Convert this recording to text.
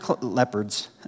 leopards